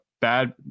bad